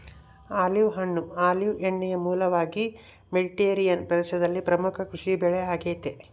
olive ಹಣ್ಣು olive ಎಣ್ಣೆಯ ಮೂಲವಾಗಿ ಮೆಡಿಟರೇನಿಯನ್ ಪ್ರದೇಶದಲ್ಲಿ ಪ್ರಮುಖ ಕೃಷಿಬೆಳೆ ಆಗೆತೆ